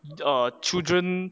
you err children